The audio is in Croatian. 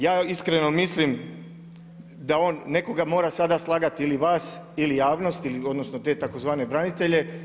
Ja iskreno mislim da on nekoga mora sada slagati ili vas ili javnost, odnosno te tzv. branitelje.